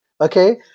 okay